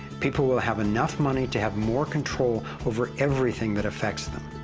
people will have enough money to have more control over everything that affects them.